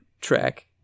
track